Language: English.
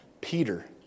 Peter